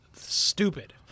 stupid